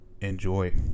enjoy